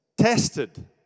Tested